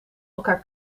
elkaar